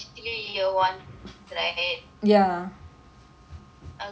okay usually year ones get confuse are we breaking am I breaking